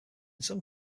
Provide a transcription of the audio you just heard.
some